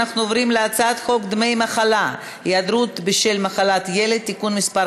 אנחנו עוברים להצעת חוק דמי מחלה (היעדרות בשל מחלת ילד) (תיקון מס'